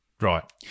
Right